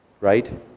Right